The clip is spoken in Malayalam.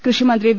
കൃഷിമന്ത്രി വി